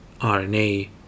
RNA